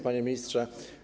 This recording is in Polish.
Panie Ministrze!